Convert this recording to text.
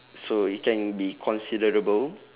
so it can be considerable